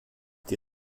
die